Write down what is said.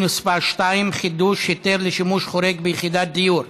מס' 2) (חידוש היתר לשימוש חורג ביחידת דיור),